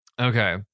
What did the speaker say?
Okay